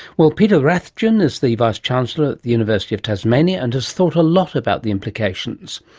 well, peter rathjen is the vice-chancellor at the university of tasmania and has thought a lot about the implications.